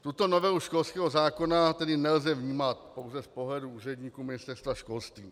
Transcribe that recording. Tuto novelu školského zákona tedy nelze vnímat pouze z pohledu úředníků Ministerstva školství.